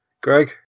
Greg